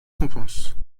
compétences